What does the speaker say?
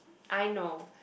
I know